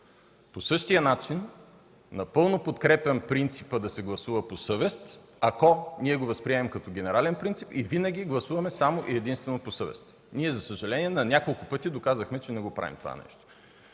По същия начин напълно подкрепям принципа да се гласува по съвест, ако го възприемем като генерален принцип и винаги гласуваме само и единствено по съвест. За съжаление, на няколко пъти доказахме, че не го правим. По